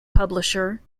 publisher